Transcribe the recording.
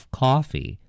coffee